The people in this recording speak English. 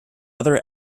other